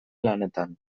lanetan